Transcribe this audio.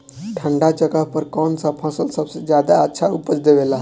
ठंढा जगह पर कौन सा फसल सबसे ज्यादा अच्छा उपज देवेला?